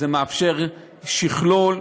זה מאפשר שכלול,